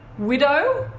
widow,